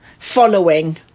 following